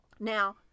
Now